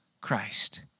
Christ